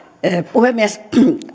puhemies